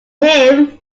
him